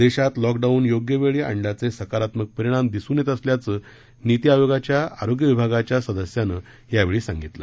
देशात लॉकडाऊन योग्य वेळेत आणल्याचे सकारात्मक परिणाम दिसून येत असल्याचं निती आयोगाच्या आरोग्य विभागाच्या सदस्याने यावेळी सांगितलं